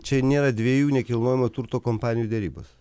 čia nėra dviejų nekilnojamo turto kompanijų derybos